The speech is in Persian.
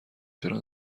چرا